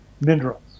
minerals